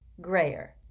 grayer